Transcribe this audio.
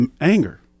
anger